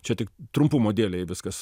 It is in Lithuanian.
čia tik trumpumo dėlei viskas